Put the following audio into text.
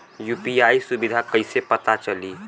UPI सुबिधा कइसे पता चली?